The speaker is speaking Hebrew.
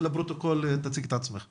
תציגי את עצמך.